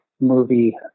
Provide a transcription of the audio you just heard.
movie